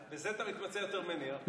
בזה אתה מתמצא יותר ממני, יואב.